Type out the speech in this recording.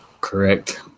Correct